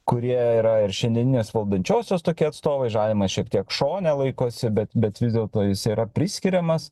kurie yra ir šiandieninės valdančiosios tokie atstovai žalimas šiek tiek šone laikosi bet bet vis dėlto jis yra priskiriamas